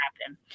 happen